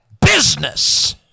business